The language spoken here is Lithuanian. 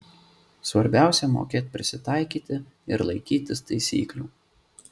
svarbiausia mokėt prisitaikyti ir laikytis taisyklių